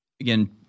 Again